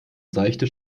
seichte